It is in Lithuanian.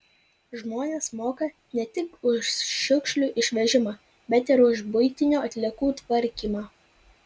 žmonės moka ne tik už šiukšlių išvežimą bet ir už buitinių atliekų tvarkymą